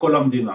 בכל המדינה,